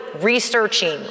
researching